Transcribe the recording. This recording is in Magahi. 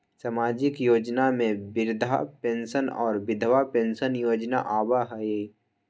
सामाजिक योजना में वृद्धा पेंसन और विधवा पेंसन योजना आबह ई?